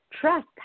trust